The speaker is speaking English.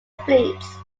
fleets